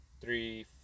three